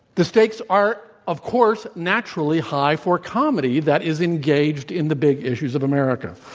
the stakes are, of course, naturally high for comedy that is engaged in the big issues of america.